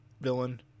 villain